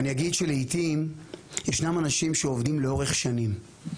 אני אגיד שלעיתים ישנם אנשים שעובדים לאורך שנים.